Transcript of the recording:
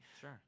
Sure